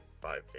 five